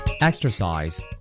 Exercise